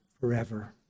forever